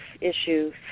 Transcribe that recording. issues